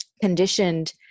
conditioned